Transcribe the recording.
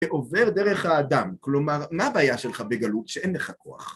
עובר דרך האדם, כלומר, מה הבעיה שלך בגלות? שאין לך כוח